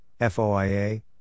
FOIA